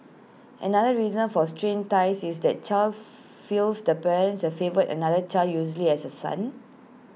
another reason for strained ties is that child feels the parent has favoured another child usually as A son